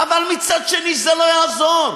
אבל מצד שני זה לא יעזור,